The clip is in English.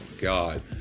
god